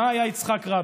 מה היה יצחק רבין?